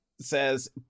says